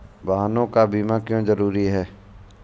वाहनों का बीमा क्यो जरूरी है?